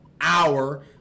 hour